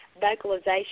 vocalization